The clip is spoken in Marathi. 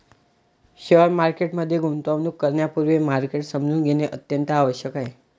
शेअर मार्केट मध्ये गुंतवणूक करण्यापूर्वी मार्केट समजून घेणे अत्यंत आवश्यक आहे